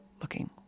looking